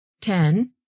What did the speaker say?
Ten